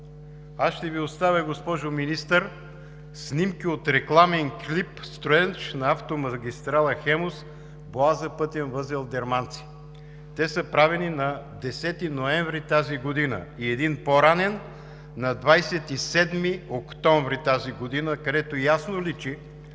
Аз ще Ви оставя, госпожо Министър, снимки от рекламен клип, строеж на автомагистрала „Хемус“: „Боаза“ – пътен възел „Дерманци“. Те са правени на 10 ноември тази година, и един по-ранен – на 27 октомври тази година, където ясно личи,